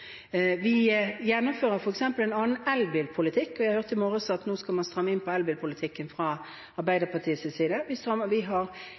Vi gjennomfører f.eks. en annen elbilpolitikk. Jeg hørte i morges at man nå skal stramme inn på elbilpolitikken fra Arbeiderpartiets side. Vi har